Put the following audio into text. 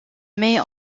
mais